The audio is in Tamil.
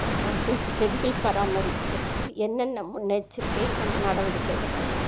அதாவது செடிகள் பராமரிக்கிறதுக்கு என்னென்ன முன்னெச்சரிக்கை நம்ம நடவடிக்கை எடுக்கணும்